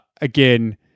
Again